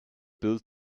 built